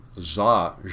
Za